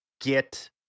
get